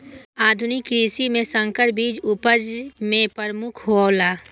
आधुनिक कृषि में संकर बीज उपज में प्रमुख हौला